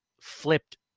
flipped